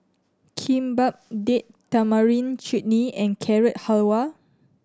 Kimbap Date Tamarind Chutney and Carrot Halwa